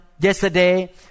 Yesterday